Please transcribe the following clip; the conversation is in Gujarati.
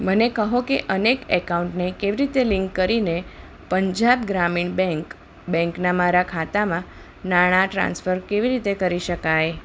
મને કહો કે અનેક એકાઉન્ટને કેવી રીતે લિંક કરીને પંજાબ ગ્રામીણ બેંક બેંકના મારા ખાતામાં નાણા ટ્રાન્સફર કેવી રીતે કરી શકાય